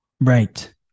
Right